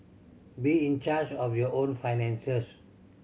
be in charge of your own finances